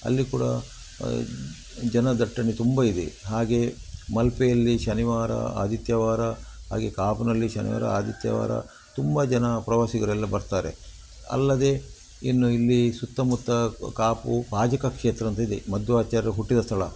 ಅಲ್ಲಿ ಕೂಡ ಜನದಟ್ಟಣೆ ತುಂಬ ಇದೆ ಹಾಗೆ ಮಲ್ಪೆಯಲ್ಲಿ ಶನಿವಾರ ಆದಿತ್ಯವಾರ ಹಾಗೆ ಕಾಪುನಲ್ಲಿ ಶನಿವಾರ ಆದಿತ್ಯವಾರ ತುಂಬ ಜನ ಪ್ರವಾಸಿಗರೆಲ್ಲ ಬರ್ತಾರೆ ಅಲ್ಲದೆ ಇನ್ನು ಇಲ್ಲಿ ಸುತ್ತಮುತ್ತ ಕಾಪು ಪಾಜಕ ಕ್ಷೇತ್ರ ಅಂತ ಇದೆ ಮದ್ವಾಚಾರ್ಯರು ಹುಟ್ಟಿದ ಸ್ಥಳ